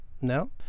no